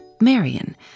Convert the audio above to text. Marion